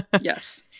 Yes